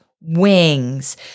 wings